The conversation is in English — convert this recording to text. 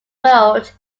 world